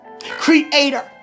creator